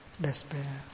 despair